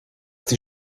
die